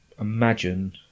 imagine